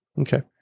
Okay